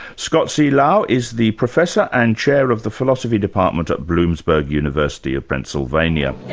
scott c. lowe is the professor and chair of the philosophy department at bloomsburg university of pennsylvania. yeah